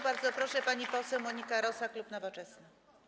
Bardzo proszę, pani poseł Monika Rosa, klub Nowoczesna.